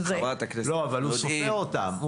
לא, אבל הוא סופר אותם.